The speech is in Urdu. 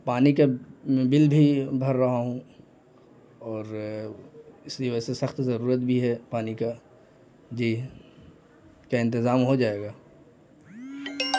پانی کا میں بل بھی بھر رہا ہوں اور اسی وجہ سے سخت ضرورت بھی ہے پانی کا جی کیا انتظام ہو جائے گا